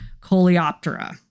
Coleoptera